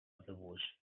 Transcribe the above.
bush